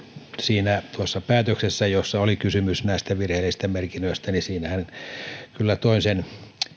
siinä päätöksessähän jossa oli kysymys näistä virheellisistä merkinnöistä kyllä toin sen